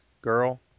Girl